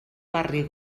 barri